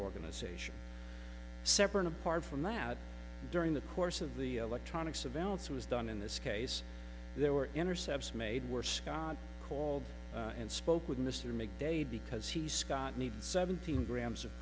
organization separate apart from that during the course of the electronic surveillance was done in this case there were intercepts made were scott called and spoke with mr mcdaid because he scott needs seventeen grams of